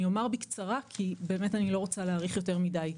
אני אומר בקצרה כי אני לא רוצה להאריך יותר מדי.